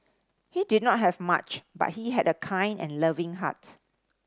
he did not have much but he had a kind and loving heart